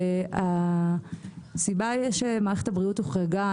הסיבה שמערכת הבריאות הוחרגה,